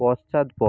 পশ্চাৎপদ